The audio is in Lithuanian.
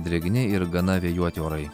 drėgni ir gana vėjuoti orai